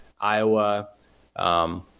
Iowa